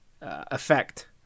effect